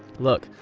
look,